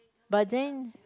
but then